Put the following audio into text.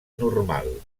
normal